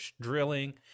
drilling